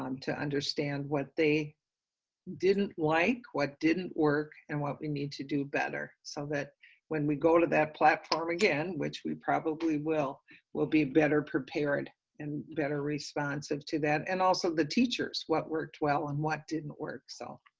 um to understand what they didn't like, what didn't work, and what we need to do better, so that when we go to that platform again, which we probably will we'll be better prepared and better responsive to that as well, and also the teachers what worked well and what didn't work. so